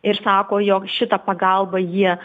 ir sako jog šitą pagalbą jie